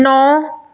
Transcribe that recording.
ਨੌ